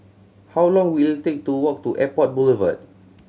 how long will it take to walk to Airport Boulevard